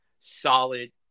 solid